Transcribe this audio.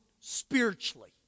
spiritually